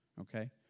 okay